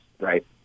right